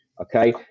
okay